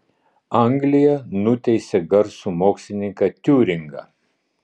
anglija nuteisė garsų mokslininką tiuringą